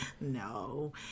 No